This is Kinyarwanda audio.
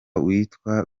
witwa